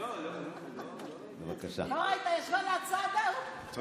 לא ראית, ישבה ליד סעדה, הוא קם, מסתובב.